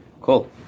Cool